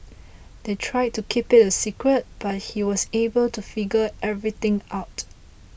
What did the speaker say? they tried to keep it a secret but he was able to figure everything out